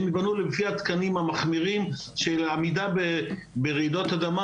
הם יבנו לפי התקנים המחמירים של עמידה ברעידות אדמה,